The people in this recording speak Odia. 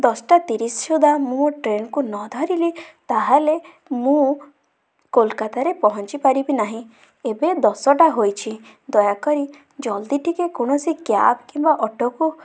ଦଶଟା ତିରିଶ ସୁଧା ମୁଁ ଟ୍ରେନ୍କୁ ନଧରିଲି ତାହେଲେ ମୁଁ କୋଲକାତାରେ ପହଞ୍ଚିପାରିବି ନାହିଁ ଏବେ ଦଶଟା ହୋଇଛି ଦୟାକରି ଜଲ୍ଦି ଟିକେ କୌଣସି କ୍ୟାବ୍ କିମ୍ବା ଅଟୋକୁ